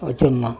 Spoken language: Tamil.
வச்சிருந்தோம்